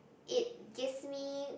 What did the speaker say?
it gives me